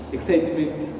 Excitement